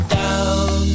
down